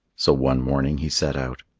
so one morning he set out.